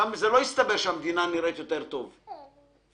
שם זה לא יסתבר שהמדינה נראית יותר טוב, אוקיי.